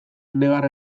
negar